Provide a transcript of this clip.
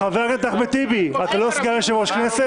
חבר הכנסת אחמד טיבי, אתה לא סגן יושב-ראש כנסת?